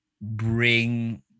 bring